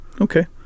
okay